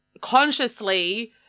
consciously